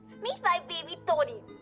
meet my baby, tony.